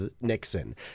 Nixon